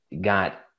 got